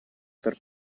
per